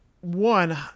one